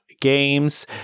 games